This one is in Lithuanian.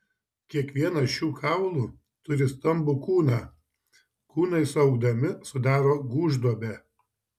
kiekvienas šių kaulų turi stambų kūną kūnai suaugdami sudaro gūžduobę